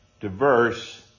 diverse